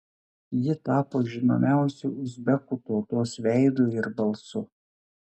ji tapo žinomiausiu uzbekų tautos veidu ir balsu